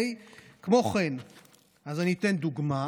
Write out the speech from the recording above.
אני אתן דוגמה: